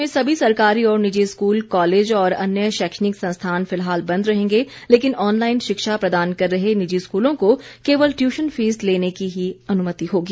प्रदेश में सभी सरकारी और निजी स्कूल कॉलेज और अन्य शैक्षणिक संस्थान फिलहाल बंद रहेंगे लेकिन ऑनलाईन शिक्षा प्रदान कर रहे निजी स्कूलों को केवल ट्यूशन फीस लेने की ही अनुमति होगी